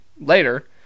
later